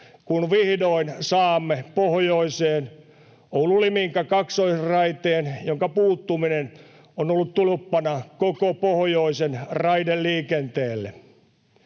kun vihdoin saamme pohjoiseen Oulu—Liminka-kaksoisraiteen, jonka puuttuminen on ollut tulppana koko pohjoisen raideliikenteelle,